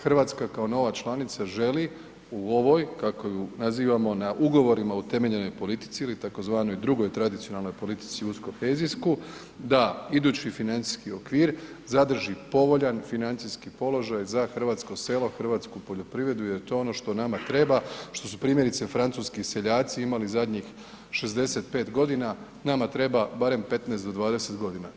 Hrvatska kao nova članica želi u ovoj kako ju nazivamo na ugovorima utemeljenoj politici ili tzv. drugoj tradicionalnoj politici uz kohezijsku da idući financijski okvir zadrži povoljan financijski položaj za hrvatsko selo, hrvatsku poljoprivredu jer to je ono što nama treba što su primjerice francuski seljaci imali zadnjih 65 godina, nama treba barem 15 do 20 godina.